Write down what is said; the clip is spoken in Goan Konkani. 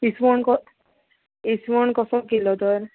इसवण क इसवण कसो किलो तर